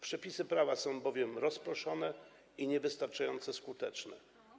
Przepisy prawa są bowiem rozproszone i niewystarczająco skuteczne.